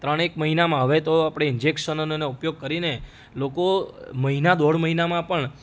ત્રણેક મહિનામાં હવે તો આપણે ઇન્જેકશનોનો ઉપયોગ કરીને લોકો મહિના દોઢ મહિનામાં પણ